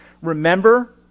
remember